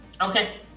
Okay